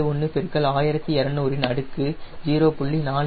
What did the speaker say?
71 பெருக்கல் 1200 இன் அடுக்கு 0